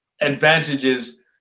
advantages